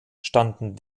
standen